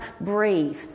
breathe